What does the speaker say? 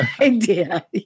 idea